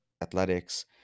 athletics